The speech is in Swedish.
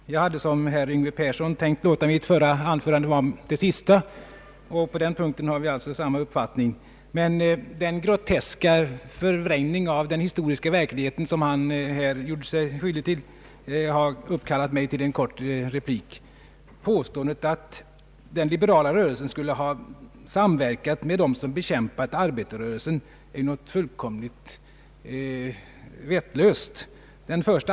Herr talman! Jag hade liksom herr Yngve Persson tänkt låta mitt förra anförande vara det sista — på den punkten har vi alltså samma uppfattning — men den groteska förvrängning av den historiska verkligheten som herr Persson gjorde sig skyldig till uppkallade mig till en kort replik. Påståendet att den liberala rörelsen skulle ha samverkat med dem som bekämpat arbetarrörelsen är något fullkomligt vettlöst.